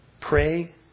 pray